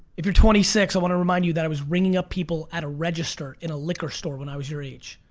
if you're twenty six, i wanna remind you that i was ringing up people at a register in a liquor store when i was your age.